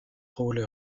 rôle